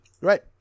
Right